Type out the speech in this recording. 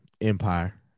Empire